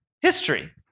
history